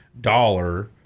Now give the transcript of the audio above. dollar